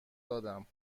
دادم